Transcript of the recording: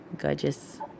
gorgeous